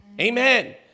Amen